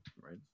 Right